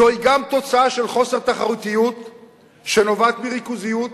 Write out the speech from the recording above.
זוהי גם תוצאה של חוסר תחרותיות שנובעת מריכוזיות,